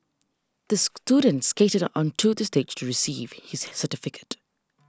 the student skated onto the stage receive his certificate